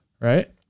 right